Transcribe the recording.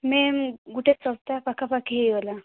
ma'am ଗୋଟେ ସପ୍ତାହ ପାଖାପାଖି ହୋଇଗଲା